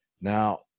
now